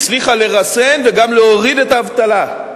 הצליחה לרסן וגם להוריד את האבטלה.